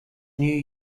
new